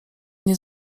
nie